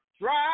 drive